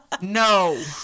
No